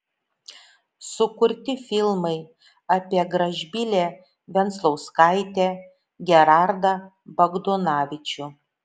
sukurti filmai apie gražbylę venclauskaitę gerardą bagdonavičių